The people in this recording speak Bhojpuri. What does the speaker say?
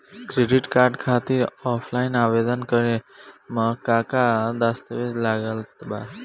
क्रेडिट कार्ड खातिर ऑफलाइन आवेदन करे म का का दस्तवेज लागत बा?